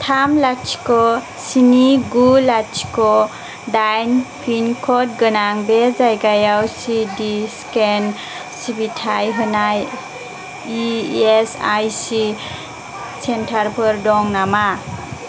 थाम लाथिख' स्नि गु लाथिख' दाइन पिनकड गोनां बे जायगायाव चिदि स्केन सिबिथाय होनाय इएसआईसि सेन्टारफोर दं नामा